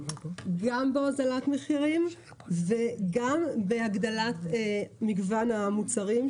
גם בהוזלת מחירים וגם בהגדלת מגוון המוצרים,